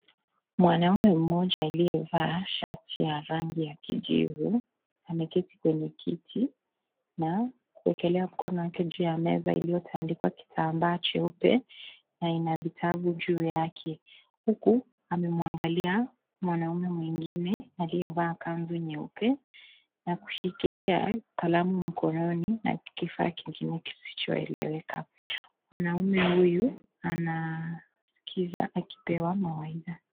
Mwanamume mmoja aliyevaa shati ya rangi ya kijivu. Ameketi kwenye kiti na kuekelea mkono wake juu ya meza iliyotandikwa kitambaa cheupe na ina vitabu juu yake. Huku amemwangalia mwanaume mwingine aliyevaa kanzu nyeupe. Na kushikilia kalamu na mkononi na kifaa kingine kisichoeleweka. Mwanamume huyu anasikiza akipewa mawaidha.